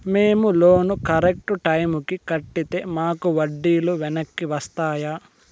మేము loan correct టైముకి కట్టితే మాకు వడ్డీ లు వెనక్కి వస్తాయా?